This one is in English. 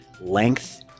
length